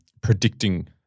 predicting